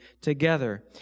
together